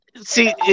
See